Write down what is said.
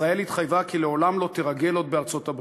ישראל התחייבה כי לעולם לא תרגל עוד בארצות-הברית.